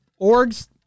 Orgs